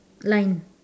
line